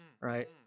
Right